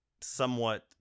somewhat